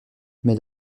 mais